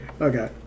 okay